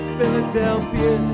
Philadelphia